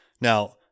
Now